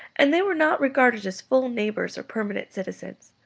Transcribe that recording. and they were not regarded as full neighbours or permanent citizens.